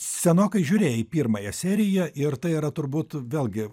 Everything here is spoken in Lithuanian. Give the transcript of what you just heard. senokai žiūrėjai pirmąją seriją ir tai yra turbūt vėlgi